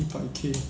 一百 K